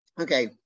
Okay